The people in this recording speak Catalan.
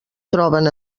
troben